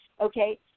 Okay